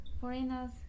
foreigners